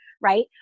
Right